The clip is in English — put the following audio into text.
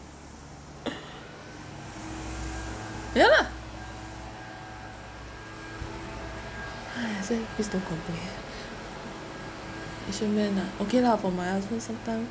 ya lah !hais! I say please don't complain asian men ah okay lah for my husband some time